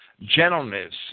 gentleness